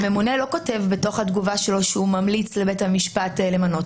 הממונה לא כותב בתוך התגובה שלו שהוא ממליץ לבית המשפט למנות.